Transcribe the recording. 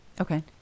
Okay